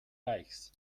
reichs